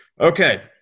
okay